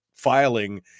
filing